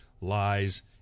lies